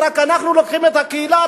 רק אנחנו לוקחים את הקהילה,